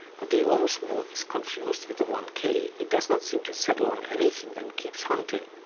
but the ohms mode is confused with the one k it does not seem to settle on anything and keeps hunting.